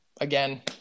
Again